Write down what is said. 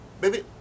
baby